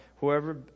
Whoever